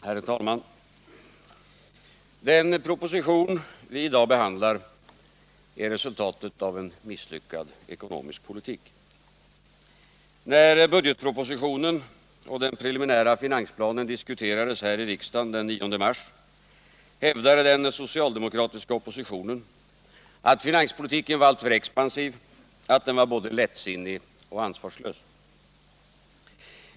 Herr talman! Den proposition vi i dag behandlar är resultatet av en misslyckad ekonomisk politik. När budgetpropositionen och den preliminära finansplanen diskuterades här i riksdagen den 9 mars, hävdade den socialdemokratiska oppositionen att finanspolitiken varit för expansiv, att den var både lättsinnig och ansvarslös.